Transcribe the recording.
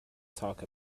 talk